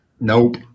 Nope